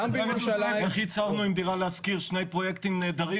איך הצלחנו עם "דירה להשכיר" שני פרויקטים נהדרים